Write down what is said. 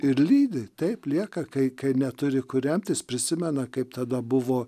ir lydi taip lieka kai kai neturi kur remtis prisimena kaip tada buvo